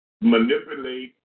manipulate